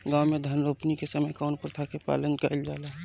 गाँव मे धान रोपनी के समय कउन प्रथा के पालन कइल जाला?